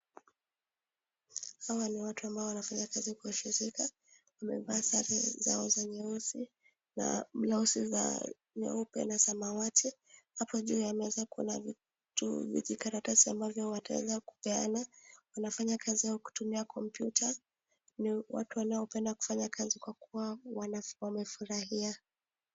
Hawa ni watu wanafanya kazi ya kushirika wamevaa sare zao za nyeusi na blouse za nyeupe na samawati, hapo juu ya meza kuna vijikaratasi ambavyo wataweza kupeana. Wanafanya kazi yao kwa kutumia kompyuta na watu wanaopenda kufanya kazi kwa kuwa na wamefurahia.